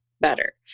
better